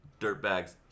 Dirtbags